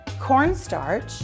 cornstarch